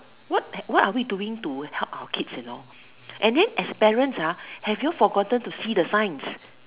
what what are we doing to help our kids you know and then as parents have you all forgotten to see the signs